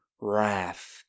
wrath